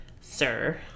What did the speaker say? sir